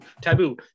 taboo